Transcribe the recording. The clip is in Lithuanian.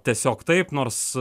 tiesiog taip nors